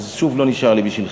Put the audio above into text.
אז שוב לא נשאר לי בשבילכם.